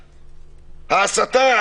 ההסתה,